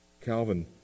Calvin